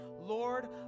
Lord